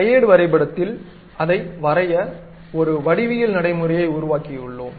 கையேடு வரைபடத்தில் அதை வரைய ஒரு வடிவியல் நடைமுறையை உருவாக்கி உள்ளோம்